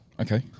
Okay